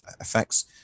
effects